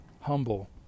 humble